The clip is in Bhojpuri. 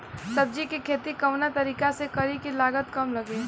सब्जी के खेती कवना तरीका से करी की लागत काम लगे?